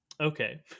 okay